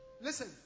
Listen